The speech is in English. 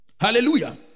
Hallelujah